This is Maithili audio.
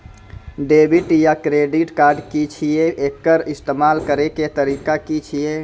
डेबिट या क्रेडिट कार्ड की छियै? एकर इस्तेमाल करैक तरीका की छियै?